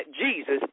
Jesus